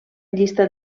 llista